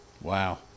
Wow